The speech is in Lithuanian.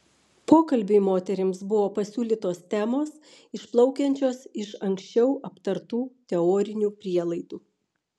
pokalbiui moterims buvo pasiūlytos temos išplaukiančios iš anksčiau aptartų teorinių prielaidų